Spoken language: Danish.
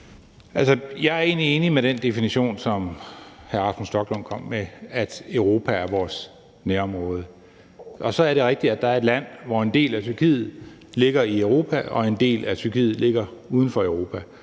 Jeg er egentlig enig i den definition, som hr. Rasmus Stoklund kom med, nemlig at Europa er vores nærområde. Så er det rigtigt, at der er et land, nemlig Tyrkiet, hvoraf en del ligger i Europa og en del ligger uden for Europa,